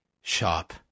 shop